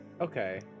Okay